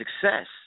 success